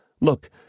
Look